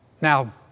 Now